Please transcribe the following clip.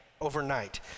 overnight